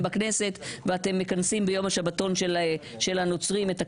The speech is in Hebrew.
בכנסת ואתם מכנסים ביום השבתון של הנוצרים את הכנסת,